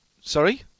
Sorry